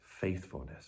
faithfulness